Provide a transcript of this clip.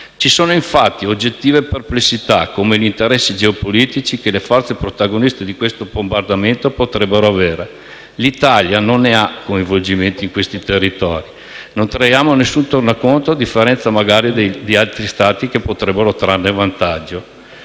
Ci sono infatti oggettive perplessità come gli interessi geopolitici che le forze protagoniste di questo bombardamento potrebbero avere. L'Italia non ha coinvolgimenti in quei territori. Non traiamo nessun tornaconto a differenza, magari, di altri Stati che dall'attacco potrebbero trarne vantaggi.